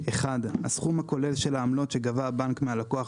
הסכום הכולל של העמלות שגבה הבנק מהלקוח